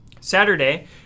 Saturday